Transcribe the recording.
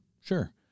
sure